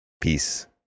Peace